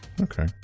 Okay